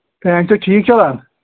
fan چھُ سا ٹھیٖک چَلان